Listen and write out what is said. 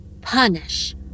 Punish